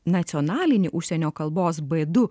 nacionalinį užsienio kalbos b du